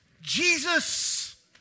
Jesus